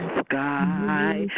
sky